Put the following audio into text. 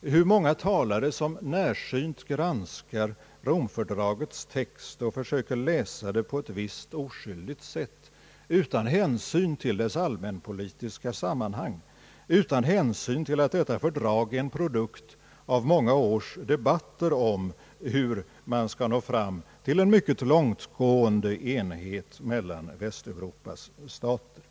när många talare närsynt granskar Rom-fördragets text och försöker läsa det på ett visst, oskyldigt sätt utan hänsyn till dess allmänpolitiska sammanhang och utan hänsyn till att detta fördrag är en produkt av många års debatter om hur man skall nå fram till en mycket långtgående enhet mellan Västeuropas stater.